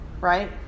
Right